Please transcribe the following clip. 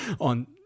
on